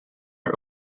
are